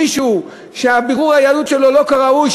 מישהו שבירור היהדות שלו לא כראוי,